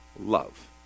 love